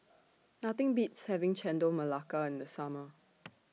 Nothing Beats having Chendol Melaka in The Summer